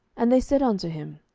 and they said unto him,